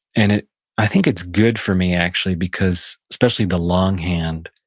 and i think it's good for me actually because, especially the longhand,